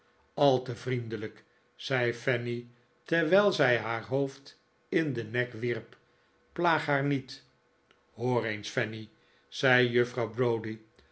al te vriendelijk zei fanny terwijl zij haar hoofd in den nek wierp plaag haar niet hoor eens fanny zei juffrouw